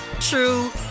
true